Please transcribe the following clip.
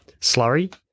slurry